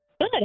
good